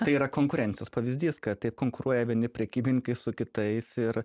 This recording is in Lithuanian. tai yra konkurencijos pavyzdys kad taip konkuruoja vieni prekybininkai su kitais ir